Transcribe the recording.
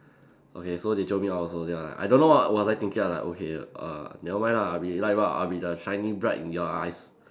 okay so they jio me out also then I like I don't know what was I thinking I like okay err never mind lah I be light bulb I'll be the shiny bright in your eyes